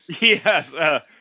Yes